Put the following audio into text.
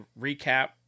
recap